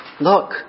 Look